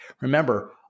Remember